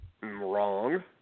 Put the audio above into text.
wrong